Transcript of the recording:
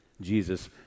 Jesus